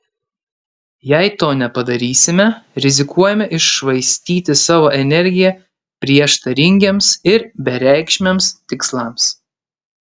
jei to nepadarysime rizikuojame iššvaistyti savo energiją prieštaringiems ir bereikšmiams tikslams